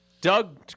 Doug